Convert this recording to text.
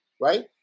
right